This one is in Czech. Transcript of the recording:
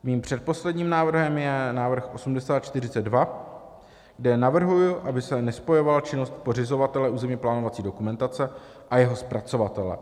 Mým předposledním návrhem je návrh 8042, kde navrhuji, aby se nespojovala činnost pořizovatele územněplánovací dokumentace a jejího zpracovatele.